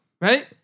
right